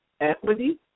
equity